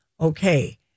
Okay